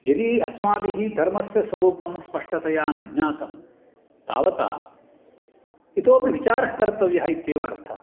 यदि अस्माभिः धर्मस्य स्वरूपं स्पष्टतया न ज्ञातं तावता इतोपि विचारः कर्तव्यः इत्येव अर्थः